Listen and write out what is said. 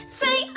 say